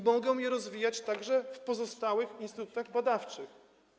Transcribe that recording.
Mogą je rozwijać także w pozostałych instytutach badawczych.